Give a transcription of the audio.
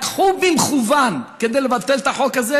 לקחו במכוון כדי לבטל את החוק הזה